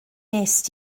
wnest